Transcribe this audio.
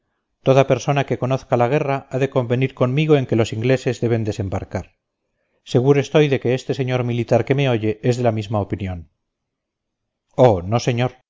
toda persona que conozca la guerra ha de convenir conmigo en que los ingleses deben desembarcar seguro estoy de que este señor militar que me oye es de la misma opinión oh no señor